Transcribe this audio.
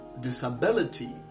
disability